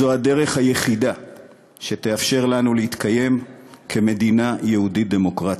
זו הדרך היחידה שתאפשר לנו להתקיים כמדינה יהודית דמוקרטית.